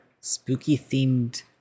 spooky-themed